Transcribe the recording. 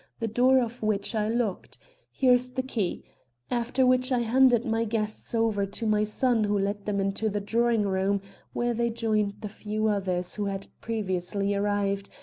the door of which i locked here is the key after which i handed my guests over to my son who led them into the drawing-room where they joined the few others who had previously arrived,